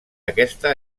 aquesta